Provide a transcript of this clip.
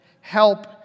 help